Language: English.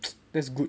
that's good